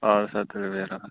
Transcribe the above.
اَدٕ سہ تُلیٛو بِہِیٛو رۄبَس